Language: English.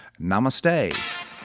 Namaste